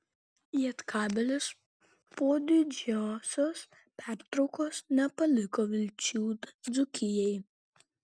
lietkabelis po didžiosios pertraukos nepaliko vilčių dzūkijai